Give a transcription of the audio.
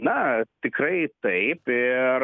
na tikrai taip ir